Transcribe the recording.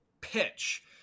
pitch